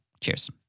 Cheers